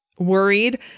Worried